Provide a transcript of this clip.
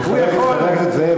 חבר הכנסת זאב.